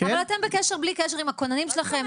אבל אתם בקשר בלי קשר עם הכוננים שלכם.